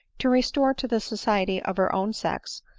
to restore to the society of her own sex,